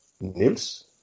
Nils